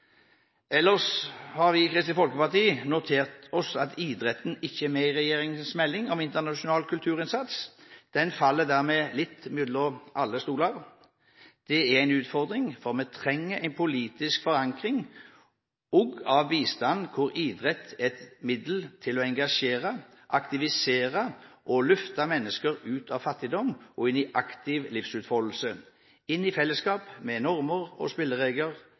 Ellers har vi i Kristelig Folkeparti notert oss at idretten ikke er med i regjeringens melding om internasjonal kulturinnsats. Den faller dermed litt mellom alle stoler. Det er en utfordring, for vi trenger en politisk forankring også av bistand hvor idrett er et middel til å engasjere, aktivisere og løfte mennesker ut av fattigdom og inn i aktiv livsutfoldelse, inn i fellesskap med normer og spilleregler,